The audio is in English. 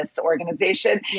organization